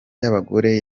y’abagore